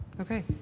Okay